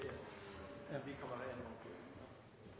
vi kan vere